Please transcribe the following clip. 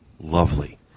lovely